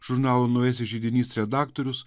žurnalo naujasis židinys redaktorius